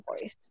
voice